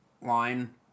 Line